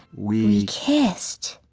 we kissed,